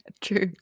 true